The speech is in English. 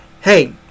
Hey